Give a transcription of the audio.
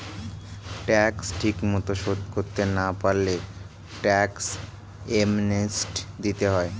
tax ঠিকমতো শোধ করতে না পারলে ট্যাক্স অ্যামনেস্টি দিতে হয়